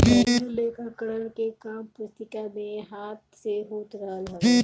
पहिले लेखाकरण के काम पुस्तिका में हाथ से होत रहल हवे